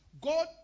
God